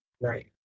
Right